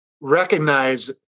recognize